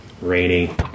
rainy